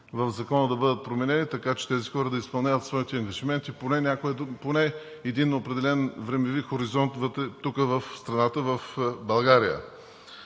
в Закона, да има промени, така че тези хора да изпълняват своите ангажименти за един определен времеви хоризонт в страната, в България.